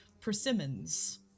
persimmons